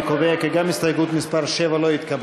אני קובע כי גם הסתייגות מס' 7 לא התקבלה.